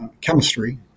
chemistry